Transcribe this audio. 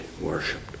worshipped